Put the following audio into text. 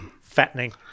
Fattening